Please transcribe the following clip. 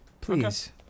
Please